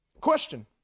question